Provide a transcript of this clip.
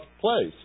place